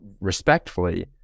respectfully